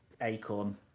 acorn